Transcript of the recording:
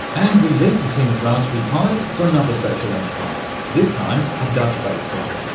and we leave the team at raspberry pi for another social enterprise, this time a dutch-based one.